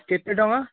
କେତେ ଟଙ୍କା